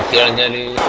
and the